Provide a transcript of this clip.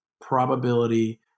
probability